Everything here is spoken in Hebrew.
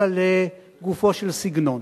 אלא לגופו של סגנון.